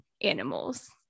animals